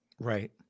Right